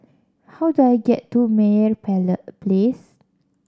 how do I get to Meyer Place